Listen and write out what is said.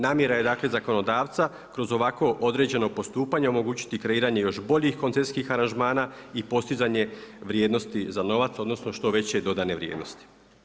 Namjera je dakle zakonodavca kroz ovako određeno postupanje omogućiti kreiranje još boljih koncesijskih aranžmana i postizanje vrijednosti za novac odnosno što veće dodane vrijednosti.